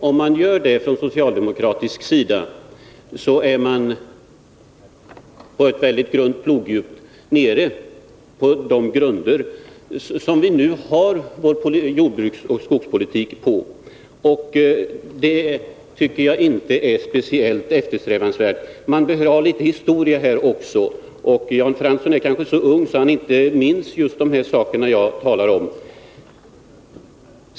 Om man gör det från socialdemokratisk sida, är man på ett mycket grunt plogdjup nere på de grunder som vår nuvarande jordbruksoch skogspolitik vilar på. Det tycker jag inte är speciellt eftersträvansvärt. Vi behöver här en historisk bakgrund, men Jan Fransson kanske är så ung att han inte minns de saker som jag talade om.